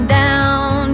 down